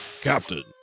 Captain